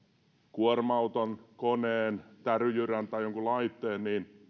kuorma auton koneen täryjyrän tai jonkin laitteen